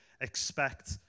expect